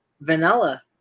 Vanilla